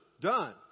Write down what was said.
done